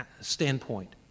standpoint